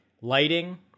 lighting